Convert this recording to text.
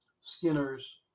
skinners